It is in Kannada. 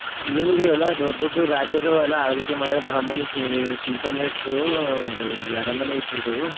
ಏನಿದೆ ಎಲ್ಲ ದೊಡ್ಡ ದೊಡ್ಡದು ರಾಜರು ಎಲ್ಲ ಆಳ್ವಿಕೆ ಮಾಡ್ಯಾರೆ ಬಹಮನೀಸ್ ಸುಲ್ತಾನೇಟ್ದೂ ಇಲ್ಲಿ ಅರಮನೆ ಇತ್ತು ಇದು